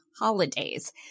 holidays